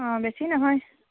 অঁ বেছি নহয়